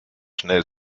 schnell